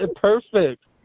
Perfect